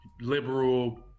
liberal